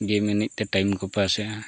ᱜᱮᱢ ᱮᱱᱮᱡ ᱛᱮ ᱴᱟᱭᱤᱢ ᱠᱚ ᱯᱟᱥ ᱮᱜᱼᱟ